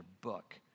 book